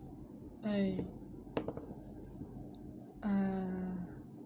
!aiyo! err